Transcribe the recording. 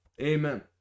Amen